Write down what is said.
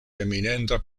eminenta